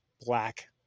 black